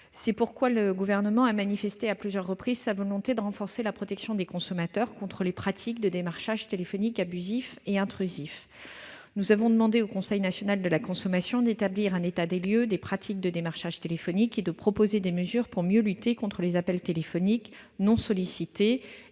C'est pourquoi le Gouvernement a manifesté à plusieurs reprises sa volonté de renforcer la protection des consommateurs contre les pratiques de démarchage téléphonique abusif et intrusif. Il a ainsi demandé au Conseil national de la consommation (CNC) d'établir un état des lieux des pratiques de démarchage téléphonique et de proposer des mesures pour mieux lutter contre les appels téléphoniques non sollicités